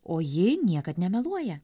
o ji niekad nemeluoja